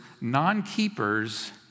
non-keepers